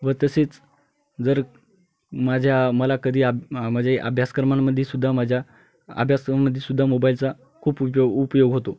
व तसेच जर माझ्या मला कधी आ माजे अभ्यासक्रमांमध्ये सुद्धा माझ्या अभ्यासक्रमध्ये सुद्धा मोबाईलचा खूप उपयो उपयोग होतो